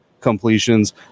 completions